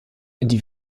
die